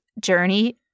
journey